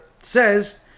says